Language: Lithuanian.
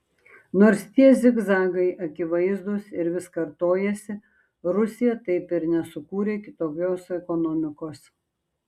nors tie zigzagai akivaizdūs ir vis kartojasi rusija taip ir nesukūrė kitokios ekonomikos